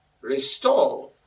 Restore